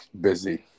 Busy